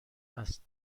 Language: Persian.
است